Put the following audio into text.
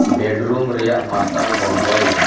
bedroom ᱨᱮᱭᱟᱜ ᱢᱟᱨᱥᱟᱞ ᱵᱚᱱᱫᱚᱭᱢᱮ